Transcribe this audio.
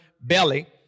belly